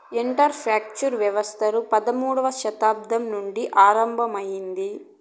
enter ప్రెన్యూర్ వ్యవస్థలు పదమూడవ శతాబ్దం నుండి ఆరంభమయ్యాయి